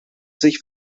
sich